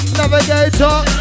navigator